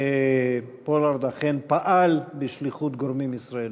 שפולארד אכן פעל בשליחות גורמים ישראליים.